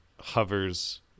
hovers